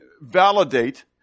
validate